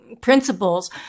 Principles